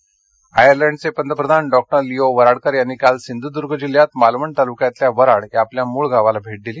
Leo Varadkar Sindhudurg आयर्लंडचे पंतप्रधान doctor Leo Varadkar यांनी काल सिंधूद्र्ग जिल्ह्यात मालवण तालुक्यातल्या वराड या आपल्या मूळ गावाला भेट दिली